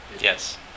Yes